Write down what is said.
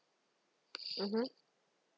mmhmm